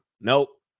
Nope